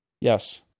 Yes